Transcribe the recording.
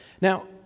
now